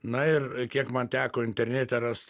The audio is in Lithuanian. na ir kiek man teko internete rast